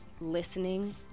listening